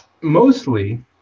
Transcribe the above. mostly